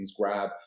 grab